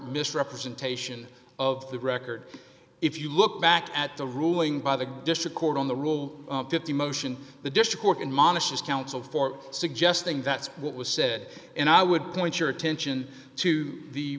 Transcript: misrepresentation of the record if you look back at the ruling by the district court on the rule fifty motion the district court in monish is counsel for suggesting that's what was said and i would point your attention to the